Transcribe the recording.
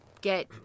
get